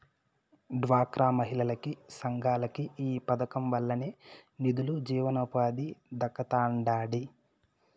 డ్వాక్రా మహిళలకి, సంఘాలకి ఈ పదకం వల్లనే నిదులు, జీవనోపాధి దక్కతండాడి